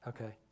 Okay